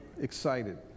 excited